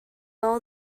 all